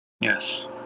Yes